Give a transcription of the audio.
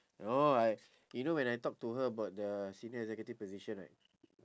oh I you know when I talk to her about the senior executive position right